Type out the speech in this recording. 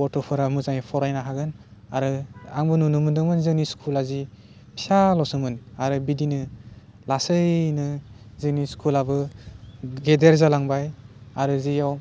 गथ'फोरा मोजाङै फरायनो हागोन आरो आंबो नुनो मोनदों जोंनि स्कुला जि फिसाल'सोमोन आरो बिदिनो लासैनो जोंनि स्कुलाबो गेदेर जालांबाय आरो जिहग